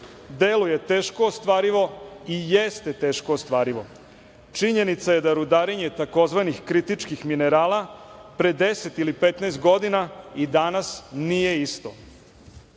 Deluje teško ostvarivo i jeste teško ostvarivo. Činjenica je da rudarenje tzv. kritičkih minerala pre 10 ili 15 godina i danas nije isto.